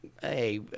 Hey